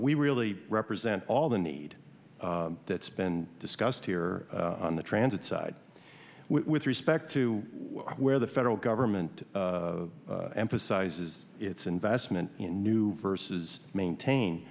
we really represent all the need that's been discussed here on the transit side with respect to where the federal government emphasizes its investment in new versus maintain